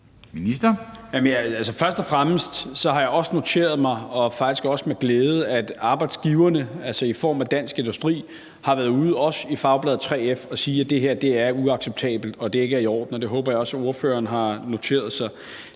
Først og fremmest har jeg også noteret mig, faktisk også med glæde, at arbejdsgiverne, altså i form af Dansk Industri, har været ude at sige, også i fagbladet 3F, at det her er uacceptabelt, og at det ikke er i orden. Det håber jeg også ordføreren har noteret sig.